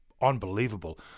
unbelievable